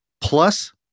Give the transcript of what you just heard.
plus